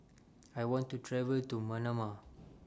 I want to travel to Manama